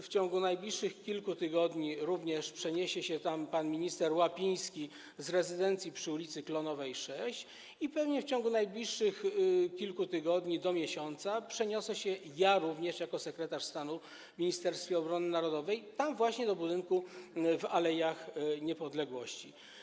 W ciągu najbliższych kilku tygodni przeniesie się tam również pan minister Łapiński z rezydencji przy ul. Klonowej 6 i pewnie w ciągu najbliższych kilku tygodni - do miesiąca - przeniosę się również ja jako sekretarz stanu w Ministerstwie Obrony Narodowej, właśnie tam do budynku przy al. Niepodległości.